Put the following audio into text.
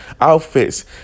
outfits